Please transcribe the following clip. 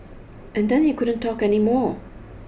and then he couldn't talk anymore